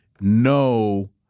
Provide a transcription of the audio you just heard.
no